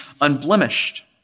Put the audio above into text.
unblemished